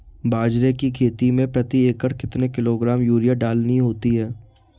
बाजरे की खेती में प्रति एकड़ कितने किलोग्राम यूरिया डालनी होती है?